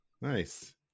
Nice